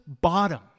bottom